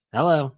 Hello